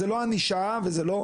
זה לא ענישה, זה המקרה.